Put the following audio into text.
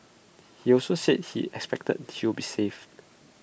he also said he expected she would be saved